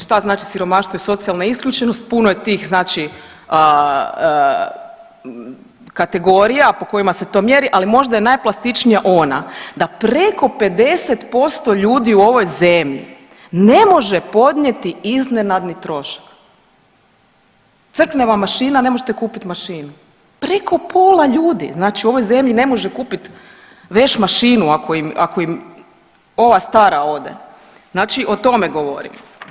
Šta znači siromaštvo i socijalna isključenost, puno je tih znači kategorija po kojima se to mjeri, ali možda je najplastičnija ona da preko 50% ljudi u ovoj zemlji ne može podnijeti iznenadni trošak, crkne vam mašina ne možete kupit mašinu, preko pola ljudi znači u ovoj zemlji ne može kupit veš mašinu ako im, ako im ova stara ode, znači o tome govorim.